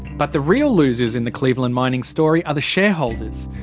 but the real losers in the cleveland mining story are the shareholders,